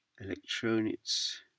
electronics